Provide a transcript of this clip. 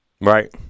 Right